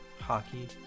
hockey